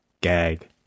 gag